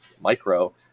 micro